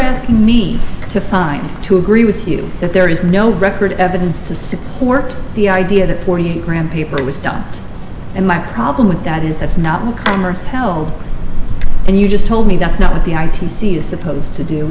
asking me to find to agree with you that there is no record evidence to support the idea that forty grand paper was dumped and my problem with that is that's not an amorous held and you just told me that's not what the i t c is supposed to do